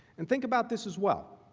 and think about this as well.